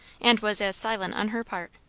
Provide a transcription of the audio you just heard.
and was as silent on her part.